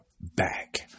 back